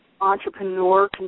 entrepreneur